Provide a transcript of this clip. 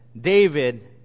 David